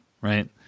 right